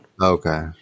okay